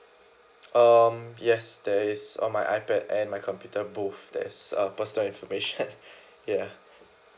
um yes there is on my ipad and my computer booth there is a personal information ya